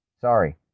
sorry